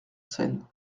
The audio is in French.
scène